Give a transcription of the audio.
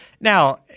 Now